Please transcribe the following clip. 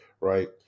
Right